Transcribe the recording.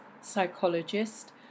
psychologist